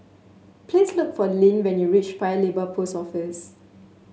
please look for Linn when you reach Paya Lebar Post Office